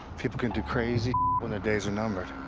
people can do crazy when their days are numbered.